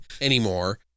anymore